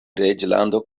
reĝlando